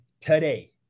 today